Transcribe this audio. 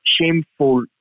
shameful